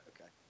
okay